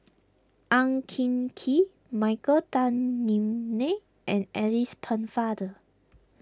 Ang Hin Kee Michael Tan Kim Nei and Alice Pennefather